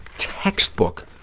textbook